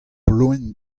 loen